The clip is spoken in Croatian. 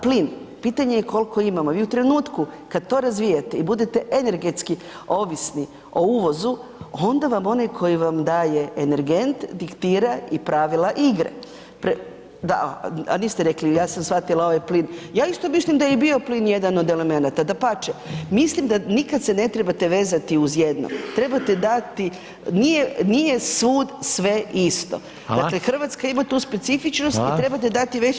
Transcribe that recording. Plin, pitanje je kolko imamo, vi u trenutku kad to razvijete i budete energetski ovisni o uvozu onda vam onaj koji vam daje energent diktira i pravila igre. … [[Upadica iz klupe se ne čuje]] Da, a niste rekli, ja sam shvatila ovaj plin, ja isto mislim da je i bio plin jedan od elemenata, dapače, mislim da nikad se ne trebate vezati uz jedno, trebate dati, nije, nije svud sve isto [[Upadica: Hvala]] Dakle, RH ima tu specifičnost [[Upadica: Hvala]] i trebate dat više mogućnosti.